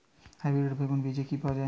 Hybrid বেগুন বীজ কি পাওয়া য়ায়?